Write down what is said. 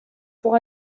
pour